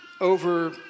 over